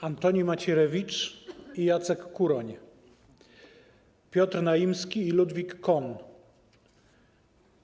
Antoni Macierewicz i Jacek Kuroń, Piotr Naimski i Ludwik Cohn.